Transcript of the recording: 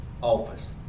office